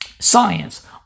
science